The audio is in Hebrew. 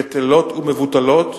בטלות ומבוטלות,